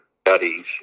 studies